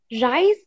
rice